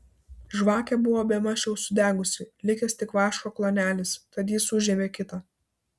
žvakė buvo bemaž jau sudegusi likęs tik vaško klanelis tad jis užžiebė kitą